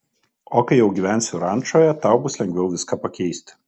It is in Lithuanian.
o kai jau gyvensiu rančoje tau bus lengviau viską pakeisti